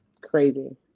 Crazy